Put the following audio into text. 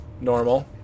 normal